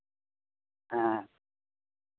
ᱦᱮᱸ